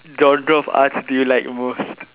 genre of arts do you like most